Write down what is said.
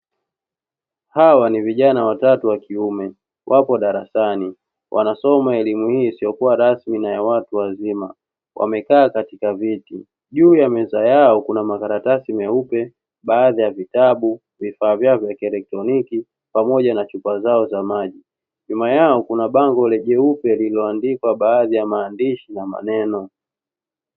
Hawa ni vijana watatu wa kiume wapo darasani wanasoma elimu hii isiyokuwa rasmi na ya watu wazima wamekaa katika viti juu ya meza yao kuna makaratasi meupe, baadhi ya vitabu, vifaa vyao vya kielektroniki pamoja na chupa zao za maji. Nyuma yao kuna bango jeupe lililoandikwa baadhi ya maandishi na maneno.